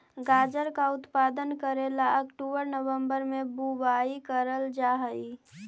गाजर का उत्पादन करे ला अक्टूबर नवंबर में बुवाई करल जा हई